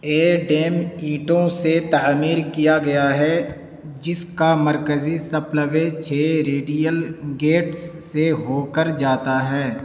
یہ ڈیم اینٹوں سے تعمیر کیا گیا ہے جس کا مرکزی سپل وے چھ ریڈیل گیٹس سے ہو کر جاتا ہے